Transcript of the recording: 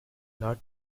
not